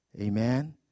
Amen